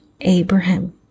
abraham